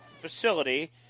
facility